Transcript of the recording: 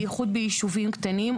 במיוחד ביישובים קטנים.